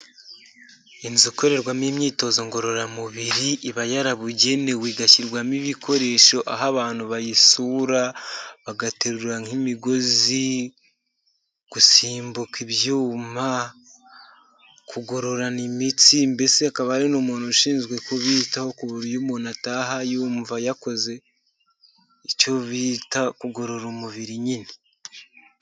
Inzu ikorerwamo imyitozo ngororamubiri, iba yarabugenewe igashyirwamo ibikoresho aho abantu bayisura, bagaterura nk'imigozi, gusimbuka ibyuma, kugororana imitsi mbese hakaba hari n'umuntu ushinzwe kubitaho ku buryo umuntu ataha yumva yakoze icyo bita kugorora umubiri nyine.